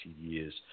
years